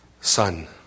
son